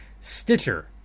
Stitcher